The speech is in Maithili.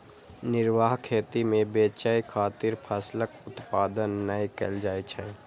निर्वाह खेती मे बेचय खातिर फसलक उत्पादन नै कैल जाइ छै